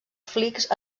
flix